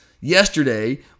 yesterday